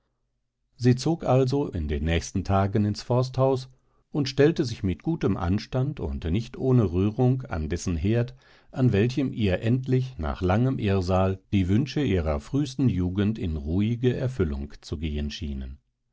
sie zog also in den nächsten tagen ins forsthaus und stellte sich mit gutem anstand und nicht ohne rührung an dessen herd an welchem ihr endlich nach langem irrsal die wünsche ihrer frühsten jugend in ruhige erfüllung zu gehen schienen